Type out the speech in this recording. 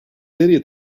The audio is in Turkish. nereye